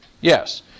Yes